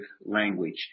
language